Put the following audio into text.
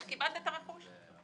איך קיבלת את הרכוש.